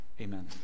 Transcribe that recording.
Amen